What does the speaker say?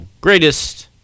greatest